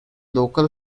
local